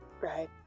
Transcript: right